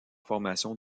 formation